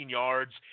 yards